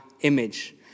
image